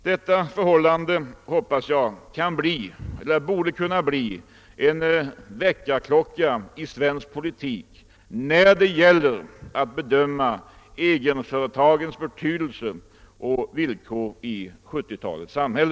Detta förhållande borde kunna bli en väckarklocka i svensk politik när det gäller att bedöma egenföretagens betydelse och villkor i 1970-talets samhälle.